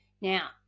Now